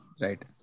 right